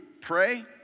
pray